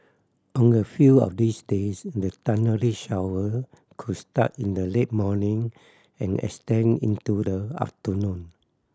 on a few of these days the thundery shower could start in the late morning and extend into the afternoon